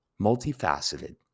multifaceted